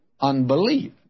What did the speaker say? unbelief